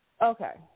Okay